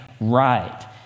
right